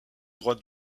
droite